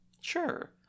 sure